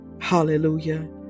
Hallelujah